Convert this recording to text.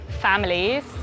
families